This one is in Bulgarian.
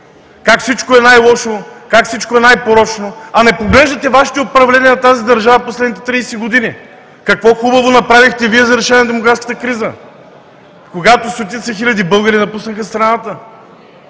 как всичко е най-лошо, как всичко е най-порочно, а не поглеждате Вашите управления на тази държава в последните 30 години. Какво хубаво направихте Вие за решаване на демографската криза, когато стотици хиляди българи напуснаха страната?